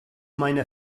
meiner